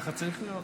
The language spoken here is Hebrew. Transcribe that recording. ככה צריך להיות.